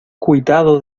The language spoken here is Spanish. cuitado